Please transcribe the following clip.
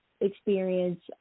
experience